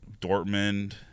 Dortmund